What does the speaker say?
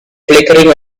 flickering